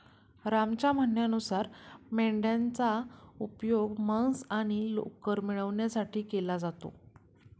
रामच्या म्हणण्यानुसार मेंढयांचा उपयोग मांस आणि लोकर मिळवण्यासाठी केला जातो